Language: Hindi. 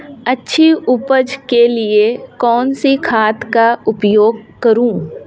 अच्छी उपज के लिए कौनसी खाद का उपयोग करूं?